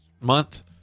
month